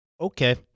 Okay